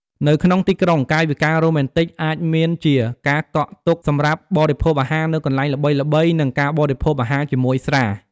នៅក្នុងទីក្រុង កាយវិការរ៉ូមែនទិកអាចមានជា ការកក់ទុកសម្រាប់បរិភោគអាហារនៅកន្លែងល្បីៗ និងការបរិភោពអាហារជាមួយស្រា។